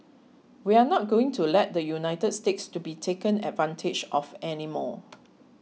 we are not going to let the United States to be taken advantage of any more